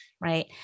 right